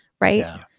right